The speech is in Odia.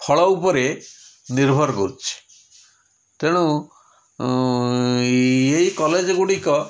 ଫଳ ଉପରେ ନିର୍ଭର କରୁଛି ତେଣୁ ଏଇ କଲେଜ୍ ଗୁଡ଼ିକ